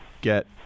get